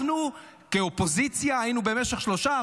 אנחנו כאופוזיציה היינו במשך שלושה,